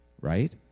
right